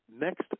next